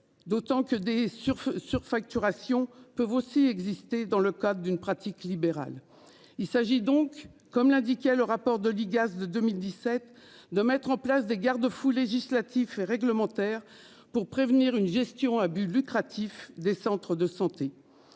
D'autant que des surfaces surfacturation peuvent aussi exister dans le cadre d'une pratique libérale. Il s'agit donc, comme l'indiquait le rapport de l'IGAS de 2017 de mettre en place des garde-fous législatifs et réglementaires pour prévenir une gestion à but lucratif des centres de santé.